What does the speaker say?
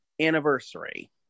anniversary